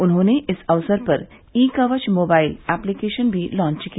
उन्होंने इस अवसर पर ई कवच मोबाइल एप्लीकेशन भी लांच किया